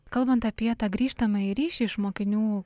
kalbant apie tą grįžtamąjį ryšį iš mokinių